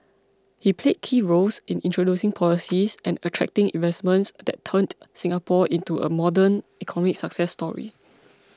he played key roles in introducing policies and attracting investments that turned Singapore into a modern economic success story